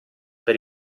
per